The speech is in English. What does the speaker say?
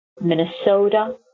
Minnesota